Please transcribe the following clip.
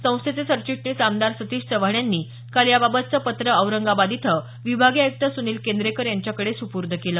संस्थेचे सरचिटणीस आमदार सतीश चव्हाण यांनी काल या बाबतचं पत्र औरंगाबाद इथं विभागीय आय़क्त सुनील केंद्रेकर यांच्याकडे सुपूर्द केलं